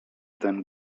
ten